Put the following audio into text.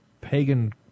pagan